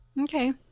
okay